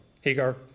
Hagar